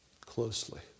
closely